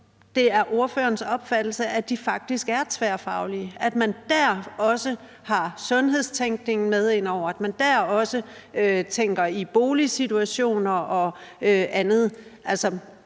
med særlige, specialiserede behov, faktisk er tværfaglige, altså at man dér også har sundhedstænkning med ind over, og at man dér også tænker i boligsituationer og andet.